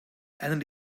and